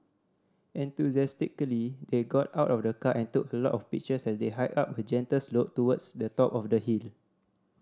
enthusiastically they got out of the car and took a lot of pictures as they hiked up a gentle slope towards the top of the hill